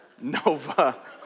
Nova